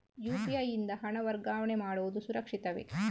UPI ಯಿಂದ ಹಣ ವರ್ಗಾವಣೆ ಮಾಡುವುದು ಸುರಕ್ಷಿತವೇ?